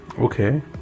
Okay